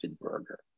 burger